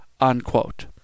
unquote